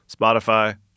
Spotify